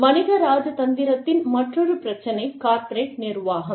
வணிக இராஜதந்திரத்தின் மற்றொரு பிரச்சினை கார்ப்பரேட் நிர்வாகம்